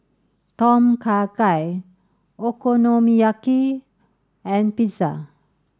Tom Kha Gai Okonomiyaki and Pizza